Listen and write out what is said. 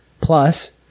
plus